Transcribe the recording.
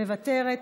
מוותרת,